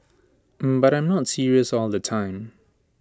but I am not serious all the time